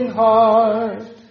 heart